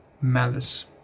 malice